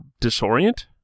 disorient